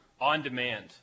On-demand